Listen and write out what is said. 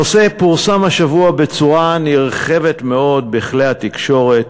הנושא פורסם השבוע בצורה נרחבת מאוד בכלי התקשורת,